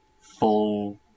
full